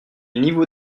niveau